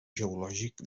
geològic